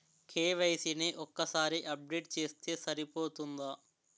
KYC ని ఒక్కసారి update చేస్తే సరిపోతుందా?